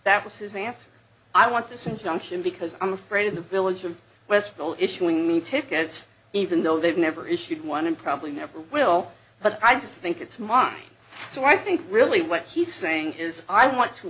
that was his answer i want this injunction because i'm afraid of the village and westville issuing me tickets even though they've never issued one and probably never will but i just think it's mine so i think really what he's saying is i want to